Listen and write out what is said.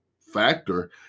factor